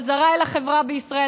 בחזרה אל החברה בישראל,